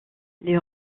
les